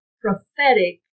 prophetic